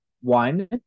one